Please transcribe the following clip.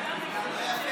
אני לא מצביע,